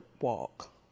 walk